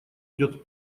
идёт